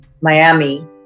Miami